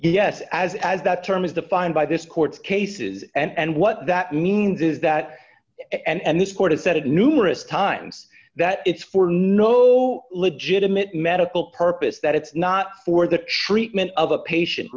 yes as as that term is defined by this court cases and what that means is that and this court has said numerous times that it's for no legitimate medical purpose that it's not for the treatment of a patient